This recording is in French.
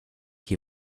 qui